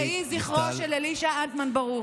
יהיה זכרו של אלישע אנטמן ברוך.